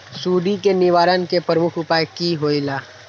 सुडी के निवारण के प्रमुख उपाय कि होइला?